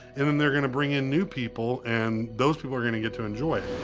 and then they're gonna bring in new people and those people are gonna get to enjoy